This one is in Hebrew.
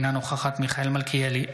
אינה נוכחת מיכאל מלכיאלי,